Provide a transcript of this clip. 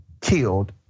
killed